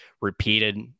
repeated